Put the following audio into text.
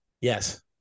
Yes